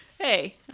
Hey